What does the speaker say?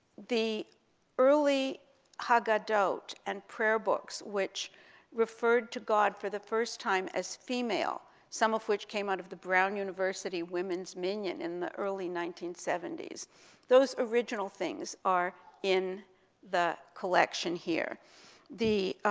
the early haggadot and prayer books which referred to god for the first time as female, some of which came out of the brown university women's minyan in the early nineteen seventy s those original things are in the collection here the,